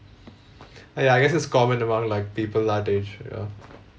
ya I guess it's common among like people that age ya